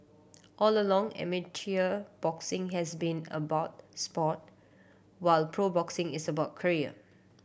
all along amateur boxing has been about sport while pro boxing is about career